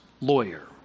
lawyer